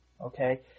okay